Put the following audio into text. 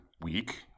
week